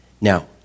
Now